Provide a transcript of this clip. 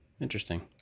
Interesting